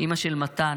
אימא של מתן,